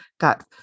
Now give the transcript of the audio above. got